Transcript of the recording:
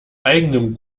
eigenem